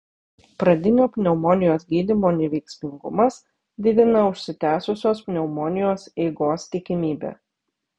pradinio pneumonijos gydymo neveiksmingumas didina užsitęsusios pneumonijos eigos tikimybę